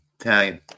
Italian